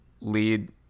lead